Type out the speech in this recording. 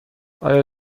آیا